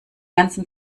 ganzen